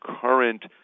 current